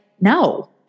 no